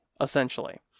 essentially